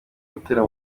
gutera